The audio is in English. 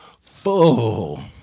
full